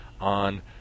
on